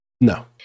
no